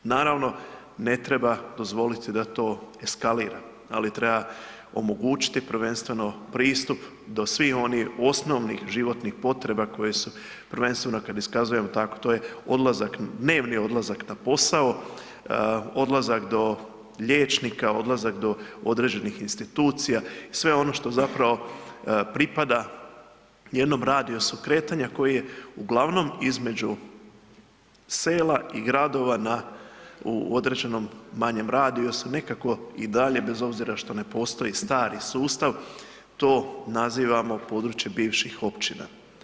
Naravno ne treba dozvolit da to eskalira, ali treba omogućiti prvenstveno pristup do svih onih osnovnih životnih potreba koje su prvenstveno kad iskazujem tako, to je odlazak, dnevni odlazak na posao, odlazak do liječnika, odlazak do određenih institucija i sve ono što zapravo pripada jednom radijusu kretanja koji je uglavnom između sela i gradova na, u određenom manjem radijusu nekako i dalje bez obzira što ne postoji stari sustav, to nazivamo područje bivših općina.